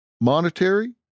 monetary